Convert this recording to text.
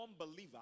unbeliever